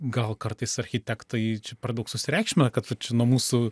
gal kartais architektai čia per daug susireikšmina kad tu čia nuo mūsų